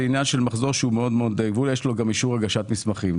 זה עניין של מחזור שיש לו גם אישור הגשת מסמכים.